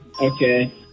Okay